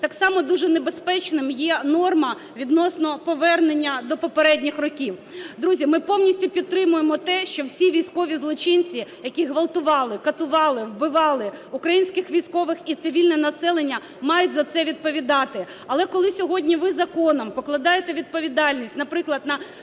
Так само дуже небезпечним є норма відносно повернення до попередніх років. Друзі, ми повністю підтримуємо те, що всі військові злочинці, які ґвалтували, катували, вбивали українських військових і цивільне населення, мають за це відповідати. Але коли сьогодні ви законом покладаєте відповідальність, наприклад, за